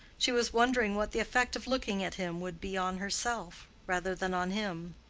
she was wondering what the effect of looking at him would be on herself rather than on him.